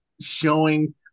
showing